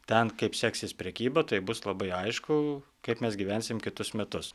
ten kaip seksis prekyba tai bus labai aišku kaip mes gyvensim kitus metus